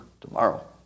tomorrow